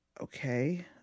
Okay